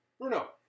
Bruno